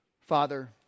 Father